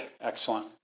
excellent